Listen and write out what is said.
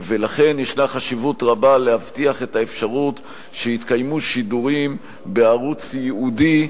לכן חשוב מאוד להבטיח את האפשרות שיתקיימו שידורים בערוץ ייעודי,